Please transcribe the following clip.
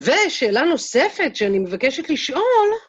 ושאלה נוספת שאני מבקשת לשאול...